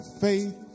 faith